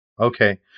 Okay